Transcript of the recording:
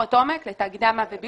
ביקורת עומק לתאגידי המים והביוב,